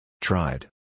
Tried